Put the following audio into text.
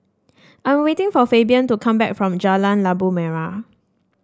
I am waiting for Fabian to come back from Jalan Labu Merah